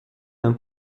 d’un